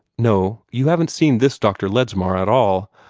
no you haven't seen this dr. ledsmar at all.